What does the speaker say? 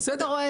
בסדר.